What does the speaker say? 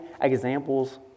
examples